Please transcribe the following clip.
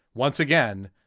once again,